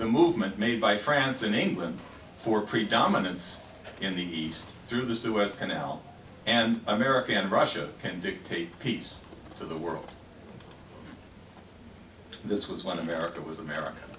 the movement made by france in england for predominance in the east through the suez canal and america and russia can dictate peace to the world this was when america was america